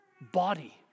body